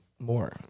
More